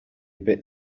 bit